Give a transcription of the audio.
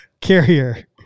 carrier